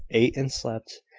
ate and slept,